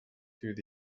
through